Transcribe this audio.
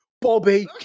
Bobby